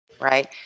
right